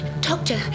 Doctor